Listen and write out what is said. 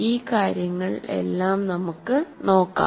ഈ കാര്യങ്ങൾ എല്ലാം നമുക്ക് നോക്കാം